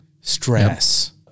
Stress